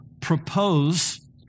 propose